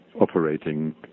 operating